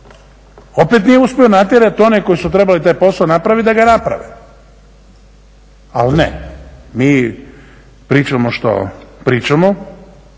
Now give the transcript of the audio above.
opet nije uspio natjerat one koji su trebali taj posao napravit da ga naprave. Ali ne, mi pričamo što pričamo,